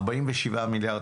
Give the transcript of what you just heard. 47 מיליארד